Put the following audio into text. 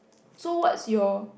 so what's your